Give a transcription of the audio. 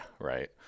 right